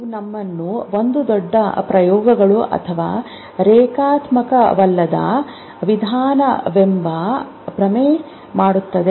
ಇದು ನಮ್ಮನ್ನು ಒಂದು ದೊಡ್ಡ ಪ್ರಯೋಗಗಳು ಅಥವಾ ರೇಖಾತ್ಮಕವಲ್ಲದ ವಿಧಾನವೆಂದು ಭ್ರಮೆ ಮಾಡುತ್ತದೆ